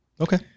Okay